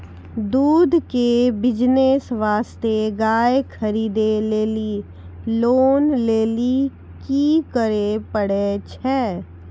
दूध के बिज़नेस वास्ते गाय खरीदे लेली लोन लेली की करे पड़ै छै?